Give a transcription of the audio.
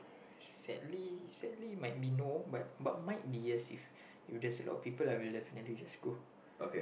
sadly sadly might be no but but might be yes if there is a lot people I might just go